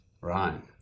Right